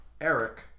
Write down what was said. Eric